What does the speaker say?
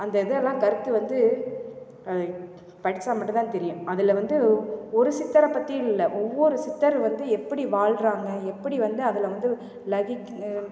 அந்த இதில் எல்லாம் கருத்து வந்து படித்தா மட்டும் தான் தெரியும் அதில் வந்து ஒரு சித்தரைப் பற்றி இல்லை ஒவ்வொரு சித்தரும் வந்து எப்படி வாழ்றாங்க எப்படி வந்து அதில் வந்து லகி